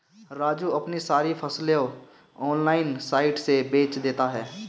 राजू अपनी सारी फसलें ऑनलाइन साइट से बेंच देता हैं